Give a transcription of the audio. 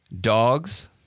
Dogs